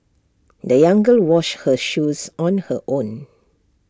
the young girl washed her shoes on her own